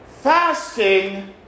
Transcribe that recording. fasting